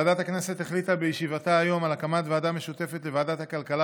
ועדת הכנסת החליטה בישיבתה היום על הקמת ועדה משותפת לוועדת הכלכלה